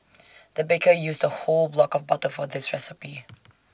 the baker used A whole block of butter for this recipe